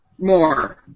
more